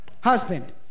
husband